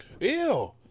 Ew